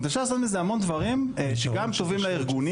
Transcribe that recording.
זאת אומרת אפשר לעשות עם זה המון דברים שגם טובים לארגונים